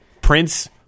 Prince